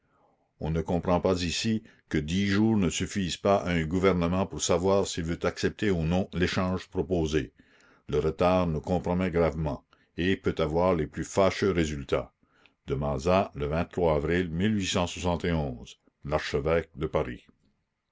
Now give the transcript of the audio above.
on ne comprend pas ici que dix jours ne suffisent pas à un gouvernement pour savoir s'il veut accepter ou non l'échange proposé le retard nous compromet gravement et peut avoir les plus fâcheux résultats la commune de aris